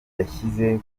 yashyize